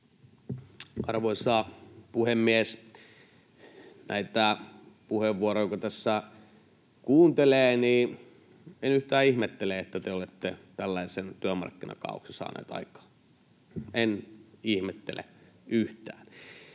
Arvoisa puhemies! Kun näitä puheenvuoroja tässä kuuntelee, niin en yhtään ihmettele, että te olette tällaisen työmarkkinakaaoksen saaneet aikaan. En ihmettele yhtään.